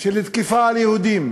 של תקיפה של יהודים,